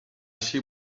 see